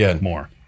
more